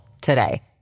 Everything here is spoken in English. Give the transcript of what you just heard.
today